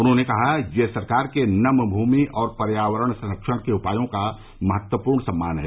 उन्होंने कहा कि यह सरकार के नम भूमि और पर्यावरण संरक्षण के उपायों का महत्वपूर्ण सम्मान है